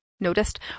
noticed